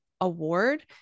award